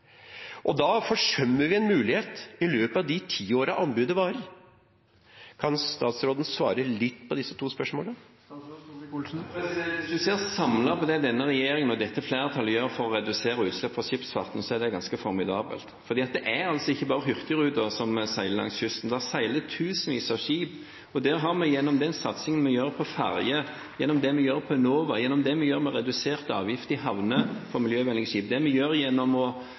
og da forsømmer vi en mulighet i løpet av de ti årene anbudet varer. Kan statsråden svare på disse to spørsmålene? Hvis vi ser samlet på det denne regjeringen og dette flertallet gjør for å redusere utslipp fra skipsfarten, er det ganske formidabelt. For det er altså ikke bare hurtigruten som seiler langs kysten, det seiler tusenvis av skip. Og der har vi gjennom den satsingen vi gjør på ferger, gjennom det vi gjør på Enova, gjennom det vi gjør på reduserte havneavgifter for miljøvennlige skip, det vi gjør gjennom